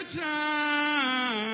time